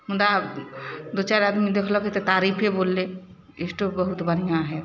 मुदा दुइ चारि आदमी देखलकै तऽ तारीफे बोललै स्टोव बहुत बढ़िआँ हइ